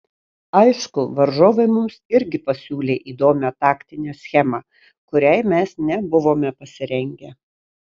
aišku varžovai mums irgi pasiūlė įdomią taktinę schemą kuriai mes nebuvome pasirengę